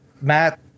Matt